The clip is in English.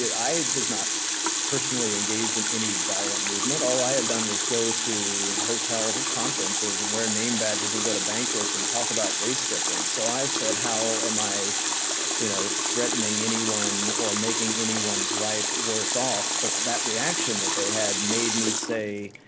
i was not personally engaged in any violent movement all i had done was go to hotel conferences and wear name badges and go to banquets and talk about race difference. so, i said, how am i you know threatening anyone or making anyone's life worse off? but that reaction that they had made me say,